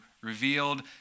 revealed